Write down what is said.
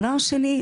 דבר שני,